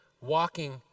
walking